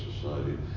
society